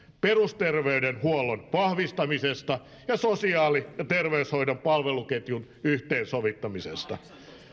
perusterveydenhuollon vahvistamisesta ja sosiaali ja terveyshoidon palveluketjujen yhteensovittamisesta